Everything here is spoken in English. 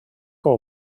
call